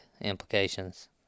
implications